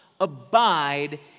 abide